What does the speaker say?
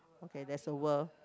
okay there's a world